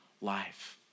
life